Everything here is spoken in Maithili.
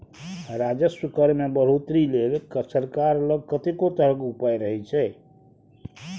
राजस्व कर मे बढ़ौतरी लेल सरकार लग कतेको तरहक उपाय रहय छै